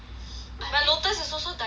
but Lotus is also diabetes on a bread